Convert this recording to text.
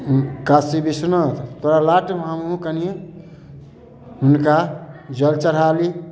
काशी बिश्वनाथ तोरा लाटमे हमहुँ कनि हुनका जल चढ़ाली